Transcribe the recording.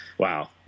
wow